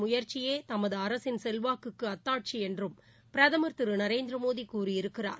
முயற்சியேதமதுஅரசின் செல்வாக்குக்குஅத்தாட்சிஎன்றும் பிரதமர் திருநரேந்திரமோடிகூறியிருக்கிறார்